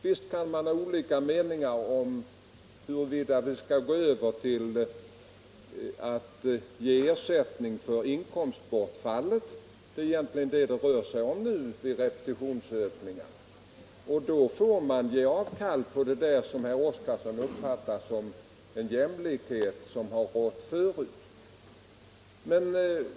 Visst kan man ha olika meningar om huruvida vi skall gå över till att ge efsättning för inkomstbortfall vid repetitionsövningar. Det är egentligen detta det rör sig om. Då får man emellertid ge avkall på det som herr Oskarson uppfattar såsom en jämlikhet som har rått tidigare.